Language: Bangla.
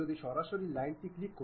সেখানে দেখুন সেকশন ভিউ এর মত কিছু